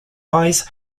eyes